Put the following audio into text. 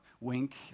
wink